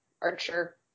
Archer